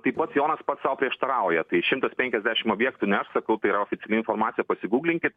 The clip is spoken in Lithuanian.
taip pas jonas pats sau prieštarauja tai šimtas penkiasdešim objektų ne aš sakau tai yra oficiali informacija pasiguglinkit